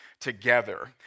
together